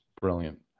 brilliant